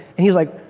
and he was like,